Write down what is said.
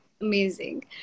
Amazing